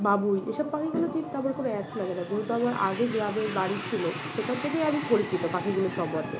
বাবুই এসব পাখিগুলো চিনতে আমার কোন অ্যাপস লাগে না যেহেতু আমার আগে গ্রামের বাড়ি ছিল সেখান থেকেই আমি পরিচিত পাখিগুলো সম্বন্ধে